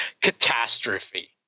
catastrophe